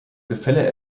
gefälle